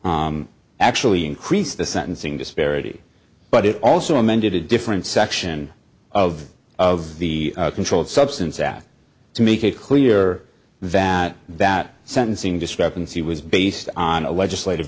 actually increased the sentencing disparity but it also amended a different section of of the controlled substance that to make it clear that that sentencing discrepancy was based on a legislative